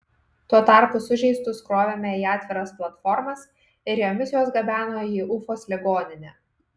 tuo tarpu sužeistus krovėme į atviras platformas ir jomis juos gabeno į ufos ligoninę